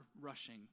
rushing